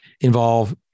involve